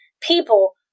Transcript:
people